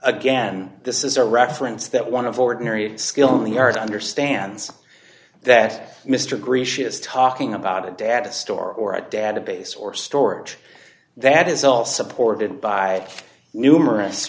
again this is a reference that one of ordinary skill in the art understands that mr agree she is talking about a data store or a database or storage that is all supported by numerous